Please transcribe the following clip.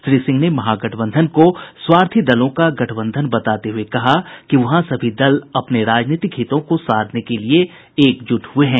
श्री सिंह ने महागठबंधन को स्वार्थी दलों का गठबंधन बताते हुये कहा कि वहां सभी दल अपने राजनैतिक हितों को साधने के लिए हैं